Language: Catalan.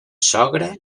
sogra